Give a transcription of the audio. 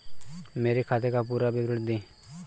मेरे खाते का पुरा विवरण दे?